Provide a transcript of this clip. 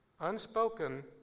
unspoken